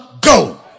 go